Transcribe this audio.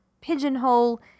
pigeonhole